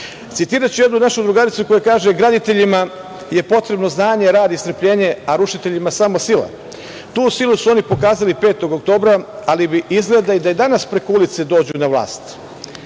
biti. Citiraću jednu našu drugaricu koja kaže - graditeljima je potrebno znanje, rad i strpljenje, a rušiteljima samo sila. Tu silu su oni pokazali 5. oktobra, ali bi izgleda da i danas preko ulice dođu na vlast.